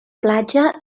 platja